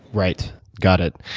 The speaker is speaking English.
right. got it.